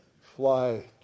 fly